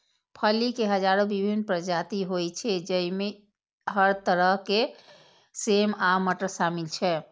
फली के हजारो विभिन्न प्रजाति होइ छै, जइमे हर तरह के सेम आ मटर शामिल छै